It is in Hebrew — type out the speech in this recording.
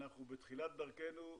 אנחנו בתחילת דרכנו,